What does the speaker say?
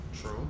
True